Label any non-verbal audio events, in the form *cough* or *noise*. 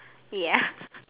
ya *laughs*